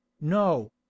no